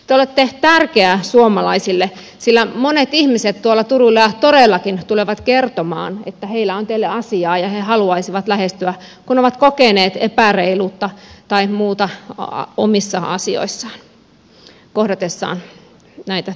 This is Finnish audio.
te olette tärkeä suomalaisille sillä monet ihmiset tuolla turuilla ja toreillakin tulevat kertomaan että heillä on teille asiaa ja he haluaisivat lähestyä kun ovat kokeneet epäreiluutta tai muuta omissa asioissaan kohdatessaan näitä ajatuksia